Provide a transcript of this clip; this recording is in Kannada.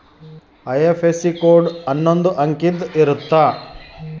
ಐ.ಎಫ್.ಎಸ್.ಸಿ ಕೋಡ್ ಅನ್ನೊಂದ್ ಅಂಕಿದ್ ಇರುತ್ತ